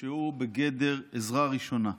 בגדר עזרה ראשונה,